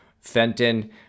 Fenton